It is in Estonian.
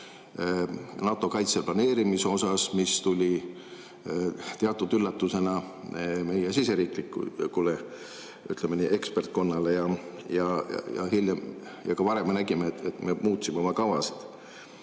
NATO kaitseplaneerimise asjas, mis tuli teatud üllatusena meie siseriiklikule, ütleme nii, ekspertkonnale, ja ka varem me nägime, et me muutsime oma